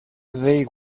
they